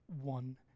one